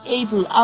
able